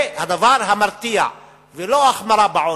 זה הדבר המרתיע, ולא החמרה בעונש.